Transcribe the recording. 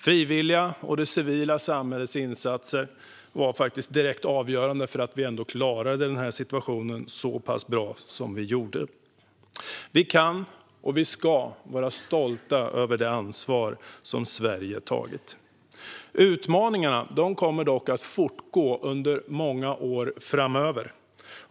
Frivilliga och det civila samhällets insatser var faktiskt direkt avgörande för att vi ändå klarade situationen så pass bra som vi gjorde. Vi kan och ska vara stolta över det ansvar som Sverige har tagit. Utmaningarna kommer dock att fortgå under många år framöver.